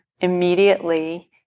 immediately